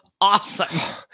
awesome